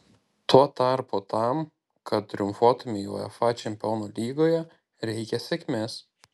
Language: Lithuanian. tuo tarpu tam kad triumfuotumei uefa čempionų lygoje reikia sėkmės